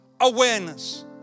awareness